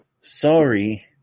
sorry